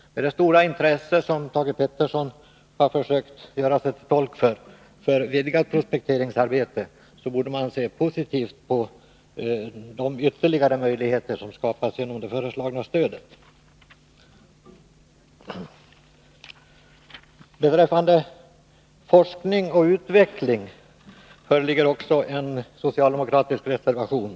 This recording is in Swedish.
Med det stora intresse som Thage Peterson har försökt att göra sig till tolk för när det gäller vidgat prospekteringsarbete borde man se positivt på de ytterligare möjligheter som skapas genom det föreslagna stödet. Beträffande forskning och utveckling föreligger också en socialdemokra tisk reservation.